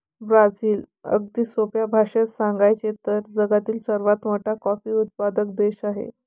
Brazil, अगदी सोप्या भाषेत सांगायचे तर, जगातील सर्वात मोठा कॉफी उत्पादक देश आहे